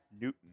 Newton